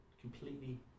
completely